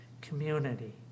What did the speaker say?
community